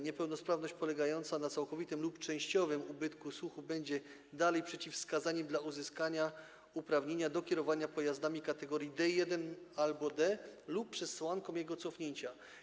Niepełnosprawność polegająca na całkowitym lub częściowym ubytku słuchu będzie dalej przeciwwskazaniem do uzyskania uprawnienia do kierowania pojazdami kategorii D1 albo D lub przesłanką jego cofnięcia.